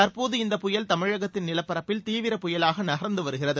தற்போது இந்தப் புயல் தமிழகத்தின் நிலப்பரப்பில் தீவிரப் புயலாக நகா்ந்து வருகிறது